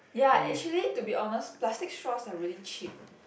ya actually to be honest plastic straws are really cheap